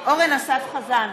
אורן אסף חזן,